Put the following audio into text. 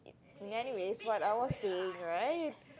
and anyways what I was playing right